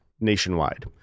nationwide